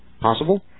possible